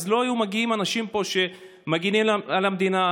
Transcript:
אז לא היו מגיעים לפה אנשים שמגינים על המדינה,